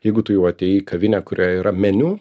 jeigu tu jau atėjai į kavinę kurioje yra meniu